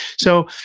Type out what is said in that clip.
so,